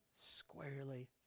squarely